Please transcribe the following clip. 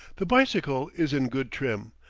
the bicycle is in good trim,